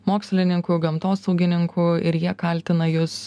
mokslininkų gamtosaugininkų ir jie kaltina jus